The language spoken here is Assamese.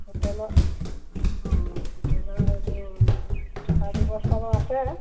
হোটেলত অঁ হোটেলৰ সেইবোৰ থকা ব্যৱস্থাবোৰ আছে